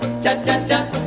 Cha-cha-cha